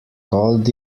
called